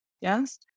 yes